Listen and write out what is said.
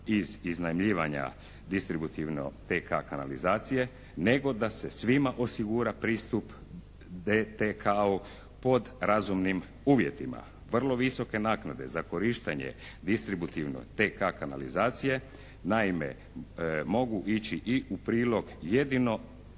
iz iznajmljivanja distributivno TK-a kanalizacije nego da se svima osigura pristup DTK-a pod razumnim uvjetima. Vrlo visoke naknade za korištenje distributivne TK-a kanalizacije naime mogu ići i u prilog jedino